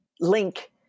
link